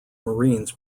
marines